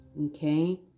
okay